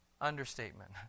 understatement